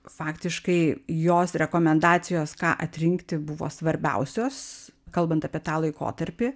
faktiškai jos rekomendacijos ką atrinkti buvo svarbiausios kalbant apie tą laikotarpį